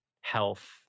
health